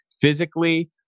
physically